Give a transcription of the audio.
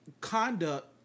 conduct